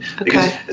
Okay